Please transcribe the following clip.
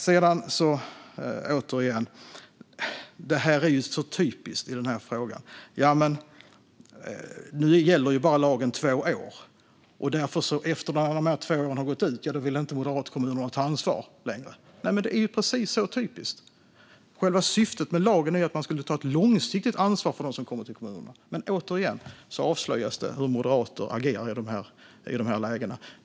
Sådant här är så typiskt i den här frågan; nu gäller lagen i bara två år, och efter att de två åren har gått ut vill inte moderatkommunerna ta ansvar längre. Det är precis så typiskt. Själva syftet med lagen var att ta ett långsiktigt ansvar för dem som kommer till kommunerna. Återigen avslöjas det hur moderater agerar i dessa lägen.